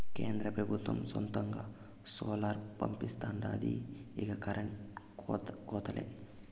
కేంద్ర పెబుత్వం సొంతంగా సోలార్ పంపిలిస్తాండాది ఇక కరెంటు కోతలే